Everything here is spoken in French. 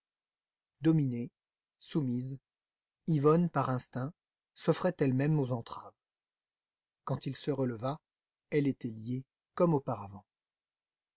dominée soumise yvonne par instinct s'offrait elle-même aux entraves quand il se releva elle était liée comme auparavant